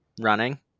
running